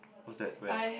what's that where